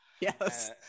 Yes